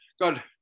good